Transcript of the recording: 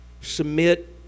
Submit